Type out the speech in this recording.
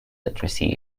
literacy